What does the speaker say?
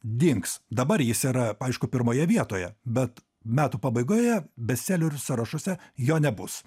dings dabar jis yra aišku pirmoje vietoje bet metų pabaigoje bestselerių sąrašuose jo nebus